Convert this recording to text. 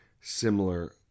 similar